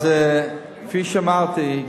אז כפי שאמרתי,